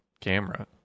camera